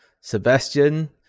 Sebastian